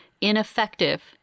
ineffective